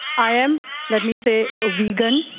i am, let me say, a vegan.